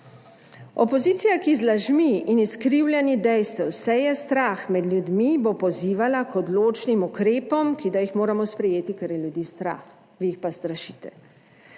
Opozicija, ki z lažmi in izkrivljanji dejstev seje strah med ljudmi bo pozivala k odločnim ukrepom, ki da jih moramo sprejeti, ker je ljudi strah, vi jih pa strašite.